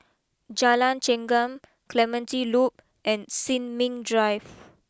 Jalan Chengam Clementi Loop and Sin Ming Drive